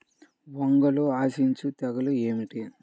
వంగలో ఆశించు తెగులు ఏమిటి?